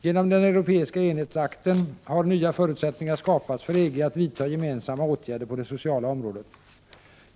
Genom Europeiska enhetsakten har nya förutsättningar skapats för EG att vidta gemensamma åtgärder på det sociala området.